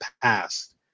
past